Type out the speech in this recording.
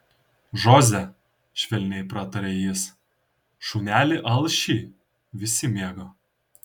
žoze švelniai prataria jis šunelį alšį visi mėgo